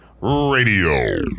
Radio